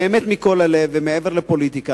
באמת מכל הלב ומעבר לפוליטיקה,